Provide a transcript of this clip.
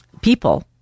people